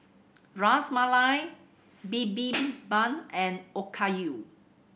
Ras Malai Bibimbap and Okayu